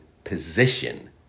Position